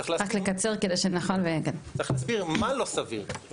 צריך להסביר מה לא סביר,